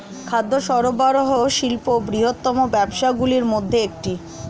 খাদ্য সরবরাহ শিল্প বৃহত্তম ব্যবসাগুলির মধ্যে একটি